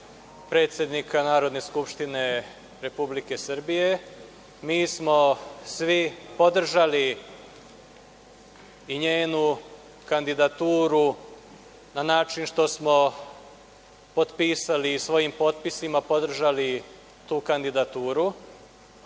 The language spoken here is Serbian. predsednika Narodne skupštine Republike Srbije. Mi smo svi podržali i njenu kandidaturu na način što smo potpisali svojim potpisima, podržali tu kandidaturu. Kao